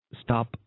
stop